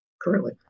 currently